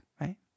right